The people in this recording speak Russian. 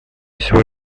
всего